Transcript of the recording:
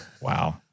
Wow